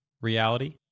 reality